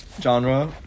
genre